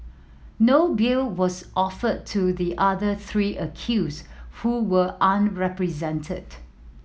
no bill was offered to the other three accused who were unrepresented